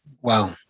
Wow